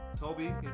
Toby